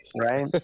right